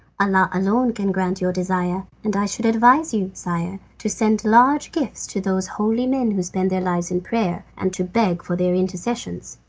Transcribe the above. allah alone can grant your desire, and i should advise you, sire, to send large gifts to those holy men who spend their lives in prayer, and to beg for their intercessions.